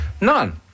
None